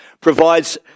provides